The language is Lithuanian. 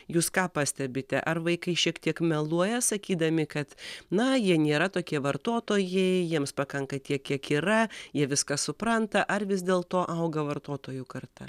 jūs ką pastebite ar vaikai šiek tiek meluoja sakydami kad na jie nėra tokie vartotojai jiems pakanka tiek kiek yra jie viską supranta ar vis dėlto auga vartotojų karta